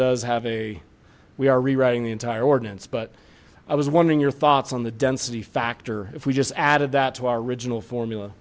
does have a we are rewriting the entire ordinance but i was wondering your thoughts on the density factor if we just added that to our original formula